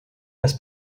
has